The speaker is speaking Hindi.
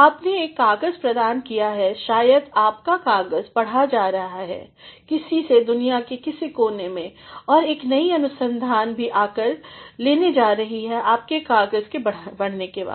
आपने एक कागज़ प्रदान किया है शायद आपका कागज़ पढ़ा जा रहा है किसी से दुनिया की किसी कोने में और एक नई अनुसंधान भी आकर लेने जा रही है आपके कागज़ के बढ़ने के बाद